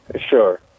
sure